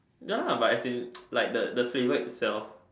ya but as in like the the flavour itself